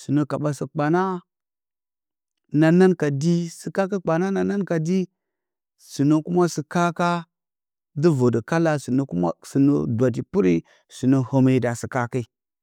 sɨ nə kaɓa sɨ kpana na nan ka dii sɨ kakə kpanana nan ka dii sɨ nə sɨ kaka dɨ vərdə kala sɨ nə kuma sɨ nə dwati pɨri, sɨ nə həme da sɨ kaka.